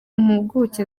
mpuguke